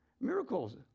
Miracles